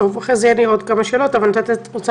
אחרי כן יהיו לי עוד כמה שאלות אבל אני רוצה לתת את רשות